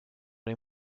les